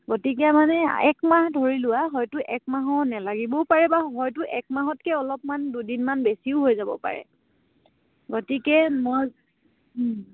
গতিকে মানে এক মাহ ধৰি লোৱা হয়তো এক মাহৰ নেলাগিবও পাৰে বা হয়তো এক মাহতকে অলপমান দুদিনমান বেছিও হৈ যাব পাৰে গতিকে মই